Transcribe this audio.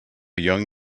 young